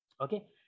Okay